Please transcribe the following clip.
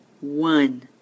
one